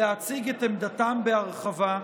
להציג את עמדתם בהרחבה.